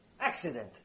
Accident